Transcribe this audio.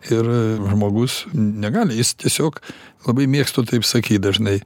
ir žmogus negali jis tiesiog labai mėgstu taip sakyt dažnai